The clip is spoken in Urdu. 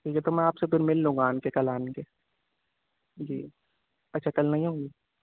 ٹھیک ہے تو میں آپ سے پھر مل لوں گا آ کے کل آ کے جی اچھا کل نہیں ہوں گی